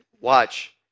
watch